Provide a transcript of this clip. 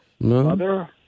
mother